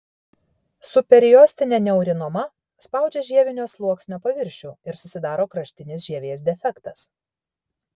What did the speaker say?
subperiostinė neurinoma spaudžia žievinio sluoksnio paviršių ir susidaro kraštinis žievės defektas